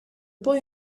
boy